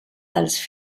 dels